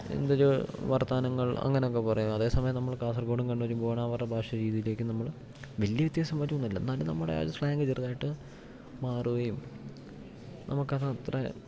എന്തൊരു വർത്താനങ്ങൾ അങ്ങനൊക്കെ പറയും അതേ സമയം നമ്മള് കാസർഗോഡും കണ്ണൂരും ഗോണാവറെ ഭാഷ രീതിയിലേക്ക് നമ്മള് വലിയ വ്യത്യാസം വരുവെന്നും ഇല്ല എന്നാലും നമ്മുടെ ആ സ്ലാങ് ചെറുതായിട്ട് മാറുകയും നമുക്കത് അത്ര